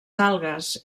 algues